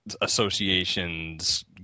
associations